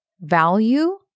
value